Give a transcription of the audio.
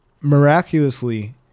miraculously